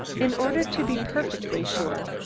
in order to be perfectly sure,